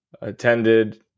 attended